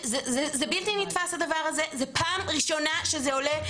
זה בלתי נתפס הדבר הזה, זאת פעם ראשונה שזה עולה.